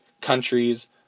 countries